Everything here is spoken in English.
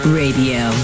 radio